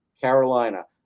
Carolina